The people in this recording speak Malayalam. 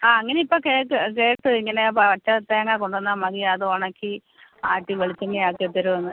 ആ അങ്ങനെ ഇപ്പോൾ കേട്ടു കേട്ടു ഇങ്ങനെ പച്ചത്തേങ്ങ കൊണ്ടുവന്നാൽ മതി അതുണക്കി ആട്ടി വെളിച്ചെണ്ണയാക്കിത്തരുമെന്ന്